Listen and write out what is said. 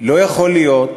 לא יכול להיות,